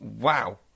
Wow